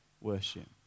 worship